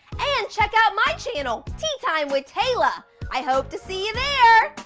and check out my channel. tea time with tayla i hope to see you there!